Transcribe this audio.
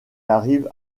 arrive